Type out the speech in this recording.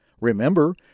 Remember